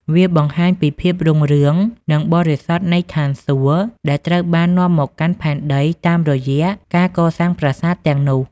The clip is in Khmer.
វាបង្ហាញពី ភាពរុងរឿង និងបរិសុទ្ធនៃស្ថានសួគ៌ ដែលត្រូវបាននាំមកកាន់ផែនដីតាមរយៈការកសាងប្រាសាទទាំងនោះ។